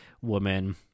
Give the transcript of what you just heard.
woman